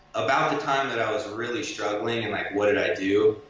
about the time that i was really struggling and like, what did i do?